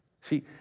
See